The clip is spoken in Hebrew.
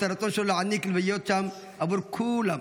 את הרצון שלו להעניק ולהיות שם עבור כולם.